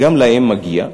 גם להם מגיע.